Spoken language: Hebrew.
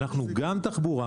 אנחנו גם תחבורה.